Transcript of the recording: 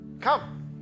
come